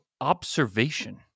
observation